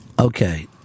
Okay